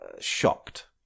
shocked